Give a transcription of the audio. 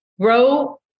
grow